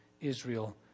Israel